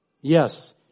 Yes